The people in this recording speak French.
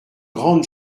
grande